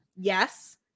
Yes